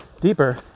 deeper